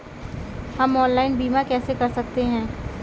हम ऑनलाइन बीमा कैसे कर सकते हैं?